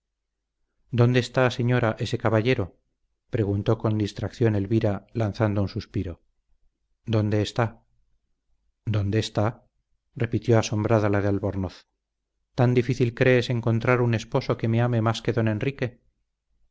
dónde está señora ese caballero preguntó con distracción elvira lanzando un suspiro dónde está dónde está repitió asombrada la de albornoz tan difícil crees encontrar un esposo que me ame más que don enrique